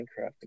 Minecraft